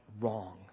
wrong